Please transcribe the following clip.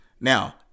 Now